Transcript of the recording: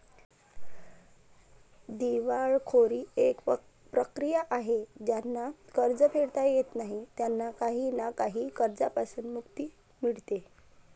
दिवाळखोरी एक प्रक्रिया आहे ज्यांना कर्ज फेडता येत नाही त्यांना काही ना काही कर्जांपासून मुक्ती मिडते